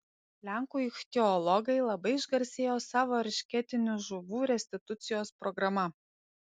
lenkų ichtiologai labai išgarsėjo savo eršketinių žuvų restitucijos programa